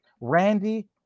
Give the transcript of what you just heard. Randy